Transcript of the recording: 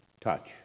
touch